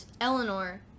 Eleanor